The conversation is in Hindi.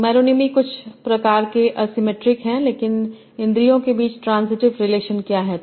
तो मैरोनीमी कुछ प्रकार के असीमेट्रिक है लेकिन इंद्रियों के बीच ट्रान्सिटीव रिलेशन क्या है